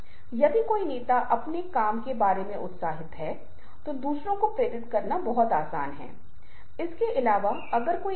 क्योंकि आप देखते हैं कि धारियों के बीच प्राचीन काल में जब समाजीकरण की शुरुआत हो रही थी इन इशारों में सामाजिक अर्थ के अलावा कुछ था